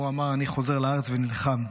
הוא אמר: אני חוזר לארץ ונלחם.